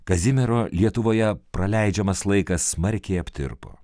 kazimiero lietuvoje praleidžiamas laikas smarkiai aptirpo